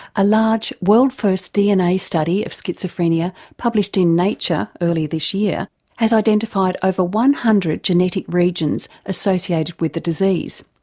a large, world-first dna study of schizophrenia published in nature earlier this year has identified over one hundred genetic regions associated with the disease.